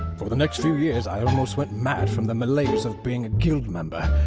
for the next few years, i almost went mad from the malaise of being a guild member,